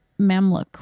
mamluk